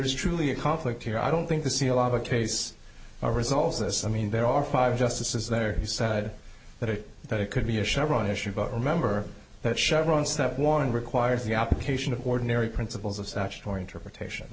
is truly a conflict here i don't think the see a lot of case a result of this i mean there are five justices there he said that it that it could be a chevron issue but remember that chevron step one requires the application of ordinary principles of statutory interpretation